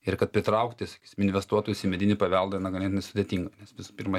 ir kad pritraukti sakysim investuotojus į medinį paveldą ganėtinai sudėtinga nes visų pirma